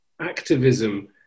activism